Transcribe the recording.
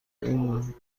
این